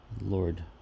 Lord